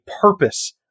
purpose